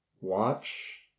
watch